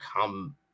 come